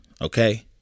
okay